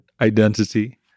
identity